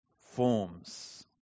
forms